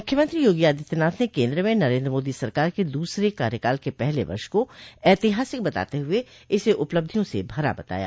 मुख्यमंत्री योगी आदित्यनाथ ने केन्द्र में नरेन्द्र मोदी सरकार के दूसरे कार्यकाल के पहले वर्ष को ऐतिहासिक बताते हुए उसे उपलब्धियों से भरा बताया